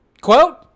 quote